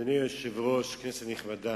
אדוני היושב-ראש, כנסת נכבדה,